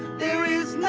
there is